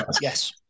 yes